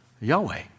Yahweh